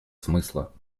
смысла